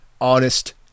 honest